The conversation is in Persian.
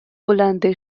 بلند